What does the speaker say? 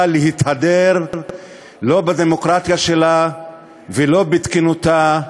להתהדר לא בדמוקרטיה שלה ולא בתקינותה,